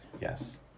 Yes